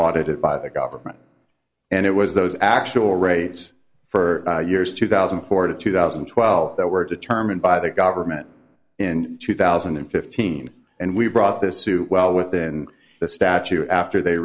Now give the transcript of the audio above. audited by the government and it was those actual rates for years two thousand and four to two thousand and twelve that were determined by the government in two thousand and fifteen and we brought this to well within the statue after they